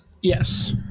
yes